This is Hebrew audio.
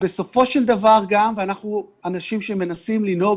בסופו של דבר ואנחנו אנשים שמנסים לנהוג